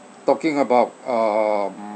talking about uh